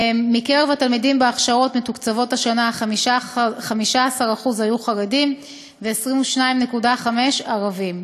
מקרב התלמידים בהכשרות מתוקצבות השנה 15% היו חרדים ו-22.5% ערבים.